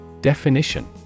Definition